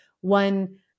one